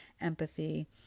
empathy